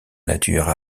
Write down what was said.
nature